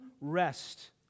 rest